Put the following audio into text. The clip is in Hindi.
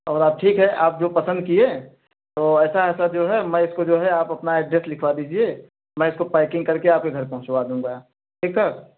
और अब ठीक है आप जो पसंद किए तो ऐसा ऐसा जो है मैं इसको जो है आप अपना एड्रेस लिखवा दीजिए मैं इसको पैकिंग करके आपके घर पहुँचवा दूँगा ठीक है